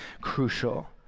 crucial